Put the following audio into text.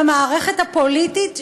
במערכת הפוליטית,